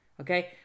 Okay